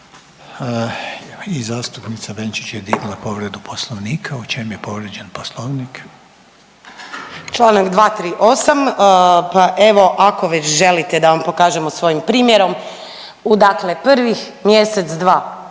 I zastupnica Benčić je digla povredu Poslovnika. U čem je povrijeđen Poslovnik? **Benčić, Sandra (Možemo!)** Članak 238., pa evo ako već želite da vam pokažemo svojim primjerom, u dakle prvih mjesec, dva